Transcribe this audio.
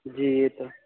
جی